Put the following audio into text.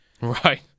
Right